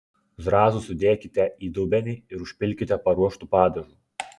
zrazus sudėkite į dubenį ir užpilkite paruoštu padažu